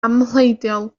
amhleidiol